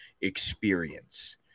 experience